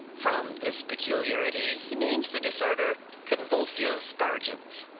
from this peculiarity he names the disorder convulsio spargens.